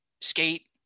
skate